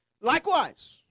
likewise